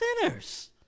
sinners